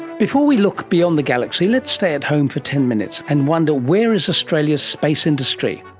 before we look beyond the galaxy, let's stay at home for ten minutes and wonder where is australia's space industry.